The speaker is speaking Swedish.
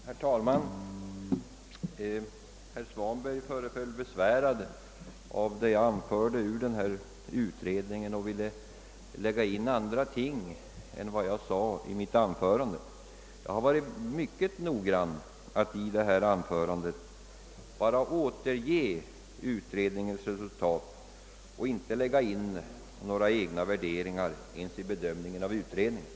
Herr talman! Herr Svanberg föreföll besvärad av det jag anförde ur utredningens betänkande och ville lägga in andra ting än jag sade i mitt anförande. Jag har emellertid varit mycket noga med att i mitt anförande bara återge utredningens resultat och inte lägga in några egna värderingar eller bedömningar.